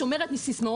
שומר את סיסמאות